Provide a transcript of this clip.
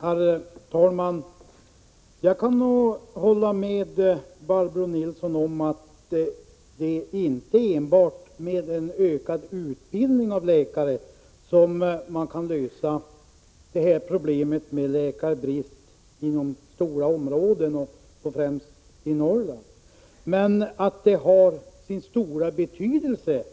Herr talman! Jag kan hålla med Barbro Nilsson om att det inte är enbart med en ökad utbildning av läkare man kan lösa problemet med läkarbristen inom stora områden, främst i Norrland. Att utbildningens omfattning har sin stora betydelse